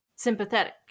sympathetic